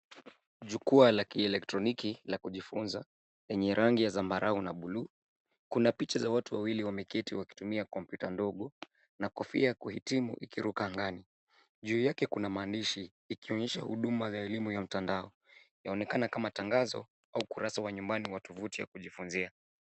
Jukwaa la kieletroniki la kujifunza enye rangi ya zambarau na buluu. Kuna picha za watu wawili wameketi wakitumia kompyuta ndogo na kofia ya kuhitimu ikiruka angani. Juu yake kuna maandishi ikionyesha huduma za elimu ya mtandao. Inaonekana kama tangazo au kurasa wa nyumbani wa kivuti wa kujifunzia.